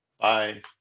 bye